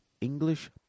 English